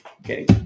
Okay